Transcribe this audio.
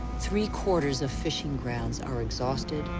three-quarters of fishing grounds are exhausted,